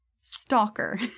Stalker